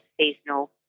seasonal